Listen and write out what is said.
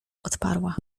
odparła